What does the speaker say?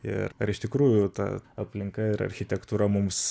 ir ar iš tikrųjų ta aplinka ir architektūra mums